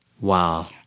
Wow